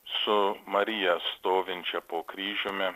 su marija stovinčia po kryžiumi